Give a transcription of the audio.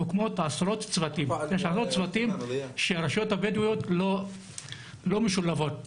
יש הרבה צוותים שהרשויות הבדואיות לא משולבות בהם.